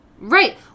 Right